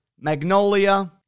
Magnolia